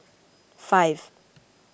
five